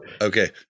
okay